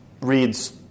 reads